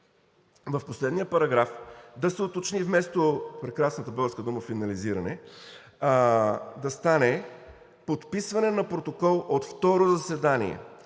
В последния параграф да се уточни и вместо прекрасната дума финализиране, да стане „подписване на протокол от второ заседание